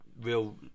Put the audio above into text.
real